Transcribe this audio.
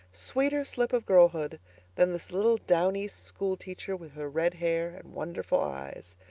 sweeter slip of girlhood than this little down east schoolteacher with her red hair and wonderful eyes.